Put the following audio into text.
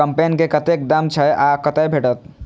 कम्पेन के कतेक दाम छै आ कतय भेटत?